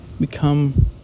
become